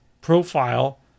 profile